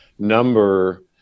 number